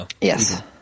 Yes